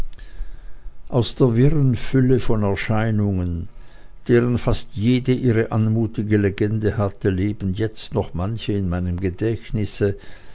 aus der wirren fülle von erscheinungen deren fast jede ihre anmutige legende hatte leben jetzt noch manche in meinem gedächtnisse